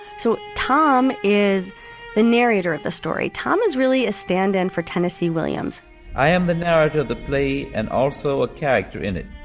so tom is the narrator of the story. tom is really a stand in for tennessee williams i am the narrative, the play and also a character in it.